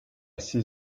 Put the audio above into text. six